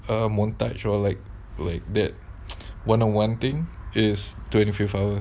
uh montage or like like that one on one thing is twenty fifth hour